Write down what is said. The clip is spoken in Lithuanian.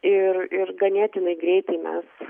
ir ir ganėtinai greitai mes